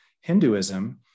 Hinduism